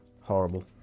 Horrible